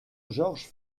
georges